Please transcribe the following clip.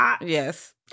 Yes